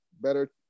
better